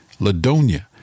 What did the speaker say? Ladonia